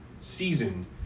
season